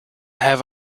have